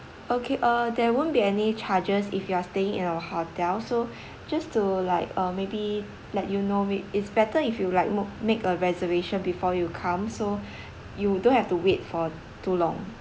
okay uh there won't be any charges if you are staying in our hotel so just to like uh maybe let you know it it's better if you like make a reservation before you come so you don't have to wait for too long